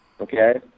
Okay